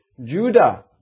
Judah